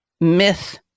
myth